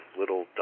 little